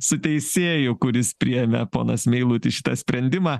su teisėju kuris priėmė ponas meilutis šitą sprendimą